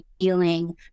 feeling